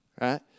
right